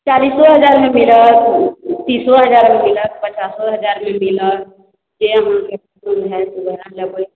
चालीसो हजारमे मिलत तीसो हजारमे मिलत पचासो हजारमे मिलत जे अहाँके मोन होयत ओहए लबै